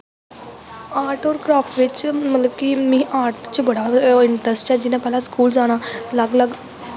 art और craft मतलव कि मिगी आर्ट बिच्च बड़ा गै इंट्रस्ट ऐ जियां पैह्लैं स्कूल जाना अलग अलग